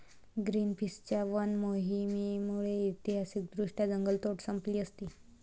ग्रीनपीसच्या वन मोहिमेमुळे ऐतिहासिकदृष्ट्या जंगलतोड संपली असती